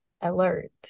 alert